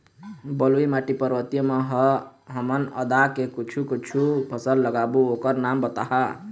बलुई माटी पर्वतीय म ह हमन आदा के कुछू कछु फसल लगाबो ओकर नाम बताहा?